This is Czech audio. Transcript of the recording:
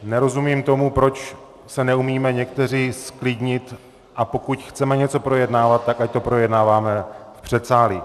Nerozumím tomu, proč se neumíme někteří zklidnit, a pokud chceme něco projednávat, tak ať to projednáváme v předsálí.